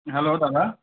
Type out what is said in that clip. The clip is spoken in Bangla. হ্যালো দাদা